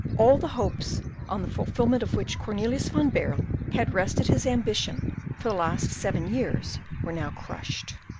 all the hopes on the fulfilment of which cornelius van baerle had rested his ambition for the last seven years were now crushed.